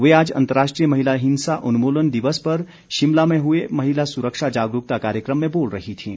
वे आज अंतर्राष्ट्रीय महिला हिंसा उन्मूलन दिवस पर शिमला में हुए महिला सुरक्षा जागरूकता कार्यक्रम में बोल रही थीं